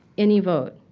any vote.